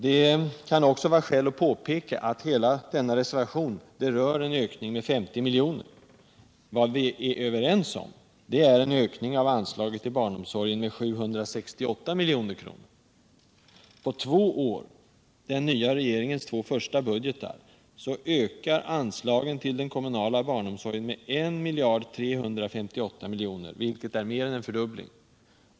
Det kan också vara skäl att påpeka att i reservationen yrkas en ökning av anslaget med 50 milj.kr. Vi är överens om en ökning till barnomsorgen med 768 milj.kr. På två år, i den nya regeringens två första budgetar, ökar anslagen till den kommunala barnomsorgen med 1 358 milj.kr., vilket är mer än en fördubbling.